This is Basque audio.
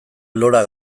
loa